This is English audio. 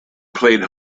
played